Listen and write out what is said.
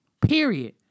Period